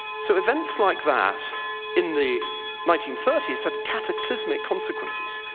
so events like that in the nineteen thirty s had cataclysmic consequences,